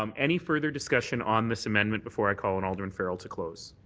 um any further discussion on this amendment before i call on alderman farrell to close?